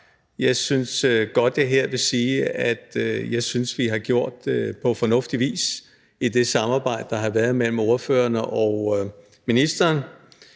sig. Jeg vil her godt sige, at jeg synes, vi har gjort det på fornuftig vis i det samarbejde, der har været mellem ordførerne og ministeren.